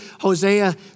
Hosea